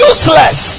Useless